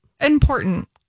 important